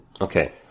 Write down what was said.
okay